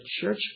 church